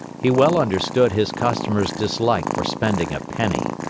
he well understood his customer's dislike for spending a penny.